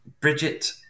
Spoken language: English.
Bridget